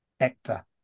actor